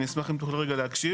אני אשמח אם תוכלי רגע להקשיב.